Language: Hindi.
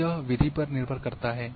तो यह विधि पर निर्भर करता है